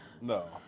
No